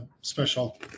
special